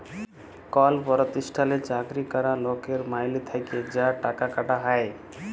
call পরতিষ্ঠালে চাকরি ক্যরা লকের মাইলে থ্যাকে যা টাকা কাটা হ্যয়